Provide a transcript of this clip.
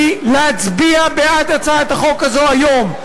היא להצביע בעד הצעת החוק הזאת היום,